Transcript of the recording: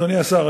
אדוני השר,